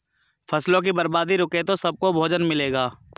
फसलों की बर्बादी रुके तो सबको भोजन मिलेगा